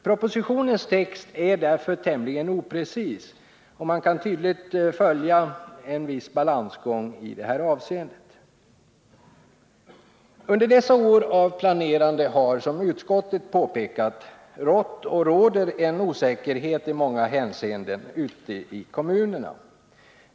Propositionens text är därför tämligen oprecis, och man kan tydligt följa en viss balansgång i det här avseendet. Under dessa år av planerande har, som utskottet påpekat, rått och råder en osäkerhet i många hänseenden ute i kommunerna.